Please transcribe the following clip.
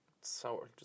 sour